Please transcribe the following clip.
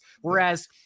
Whereas